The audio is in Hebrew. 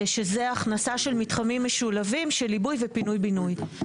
הכנסה של מתחמים משולבים של עיבוי ו פינוי-בינוי.